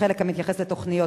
בחלק המתייחס לתוכניות,